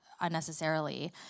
unnecessarily